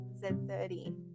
Z30